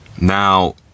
Now